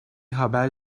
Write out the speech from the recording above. haber